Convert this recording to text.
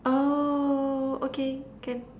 oh okay can